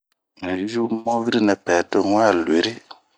Unyi yu mabiri nɛ pɛɛ to unwa luwiri ri.